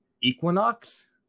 equinox